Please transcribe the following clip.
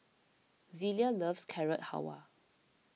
Zelia loves Carrot Halwa